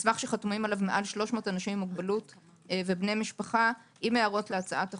שחתומים עליו מעל 300 אנשים עם מוגבלות ובני משפחה עם הערות להצעת החוק.